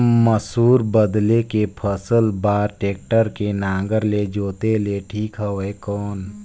मसूर बदले के फसल बार टेक्टर के नागर ले जोते ले ठीक हवय कौन?